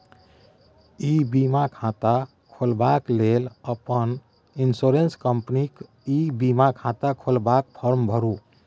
इ बीमा खाता खोलबाक लेल अपन इन्स्योरेन्स कंपनीक ई बीमा खाता खोलबाक फार्म भरु